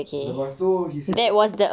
lepas tu he said